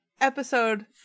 Episode